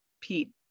pete